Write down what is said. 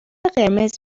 قرمز